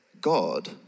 God